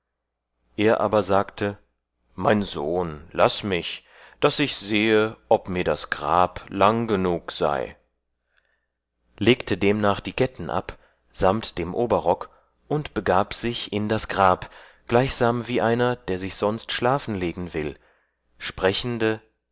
er aber sagte mein sohn laß mich daß ich sehe ob mir das grab lang genug sei legte demnach die ketten ab samt dem oberrock und begab sich in das grab gleichsam wie einer der sich sonst schlafen legen will sprechende